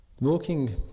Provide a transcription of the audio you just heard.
Walking